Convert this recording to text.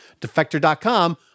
Defector.com